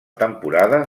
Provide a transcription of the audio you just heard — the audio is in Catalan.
temporada